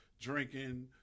drinking